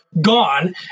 gone